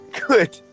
good